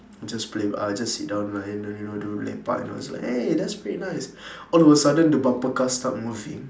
just play uh just sit down lah in the you know they lepak and all's like eh that's pretty nice all of a sudden the bumper car start moving